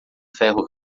ferro